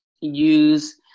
use